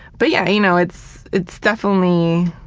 but yeah, you know it's it's definitely